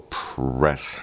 press